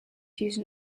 used